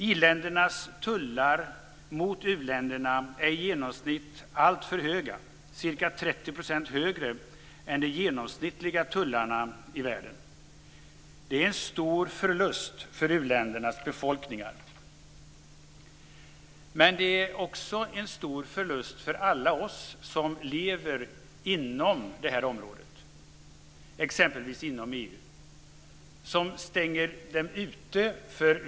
I-ländernas tullar mot u-länderna är i genomsnitt alltför höga, ca 30 % högre än de genomsnittliga tullarna i världen. Det är en stor förlust för u-ländernas befolkningar. Men det är också en stor förlust för alla oss som lever inom detta område, exempelvis inom EU, som stänger ute.